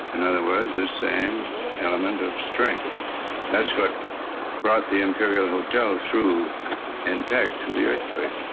in other words, this same element of strength that's what brought the imperial hotel through intact through the earthquake.